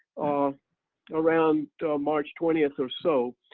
um around march twentieth or so,